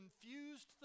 confused